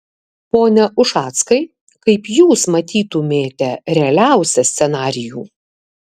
pone ušackai kaip jūs matytumėte realiausią scenarijų